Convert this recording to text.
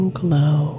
glow